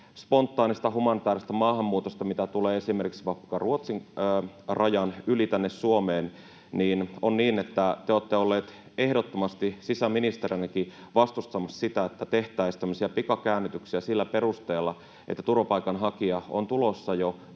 spontaanista humanitäärisestä maahanmuutosta, mitä tulee esimerkiksi vaikka Ruotsin rajan yli tänne Suomeen, niin te olette ollut ehdottomasti sisäministerinäkin vastustamassa sitä, että tehtäisiin tämmöisiä pikakäännytyksiä sillä perusteella, että turvapaikanhakija on jo tulossa